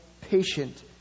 patient